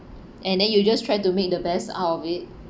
and then you just try to make the best out of it